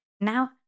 Now